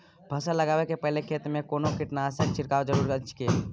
फसल लगबै से पहिने खेत मे कोनो कीटनासक छिरकाव जरूरी अछि की?